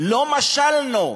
לא משלנו,